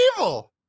evil